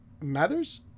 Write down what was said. Mathers